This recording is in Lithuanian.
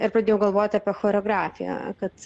ir pradėjau galvoti apie choreografiją kad